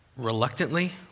Reluctantly